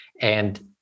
and-